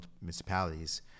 municipalities